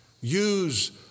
Use